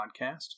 Podcast